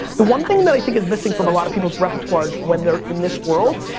the one thing that i think is missing from a lot of people's repitouires when they're in this world,